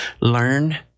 learn